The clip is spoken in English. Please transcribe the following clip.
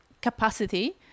capacity